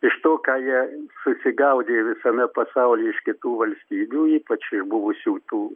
iš to ką jie susigaudė visame pasaulyje iš kitų valstybių ypač iš buvusių tų